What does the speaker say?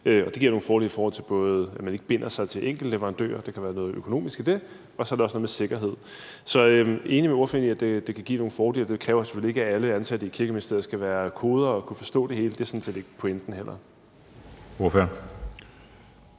og det giver nogle fordele, både i forhold til at man ikke binder sig til enkeltleverandører, så der er noget økonomisk i det, og så er det også noget med sikkerhed. Så jeg er enig med ordføreren i, at det kan give nogle fordele. Det kræver selvfølgelig ikke, at alle ansatte i Kirkeministeriet skal være kodere og kunne forstå det hele. Det er sådan set heller ikke pointen. Kl. 12:29 Anden